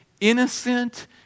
Innocent